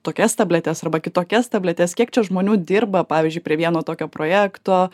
tokias tabletes arba kitokias tabletes kiek čia žmonių dirba pavyzdžiui prie vieno tokio projekto